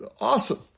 Awesome